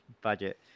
budget